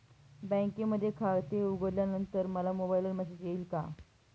बँकेमध्ये खाते उघडल्यानंतर मला मोबाईलवर मेसेज येईल का?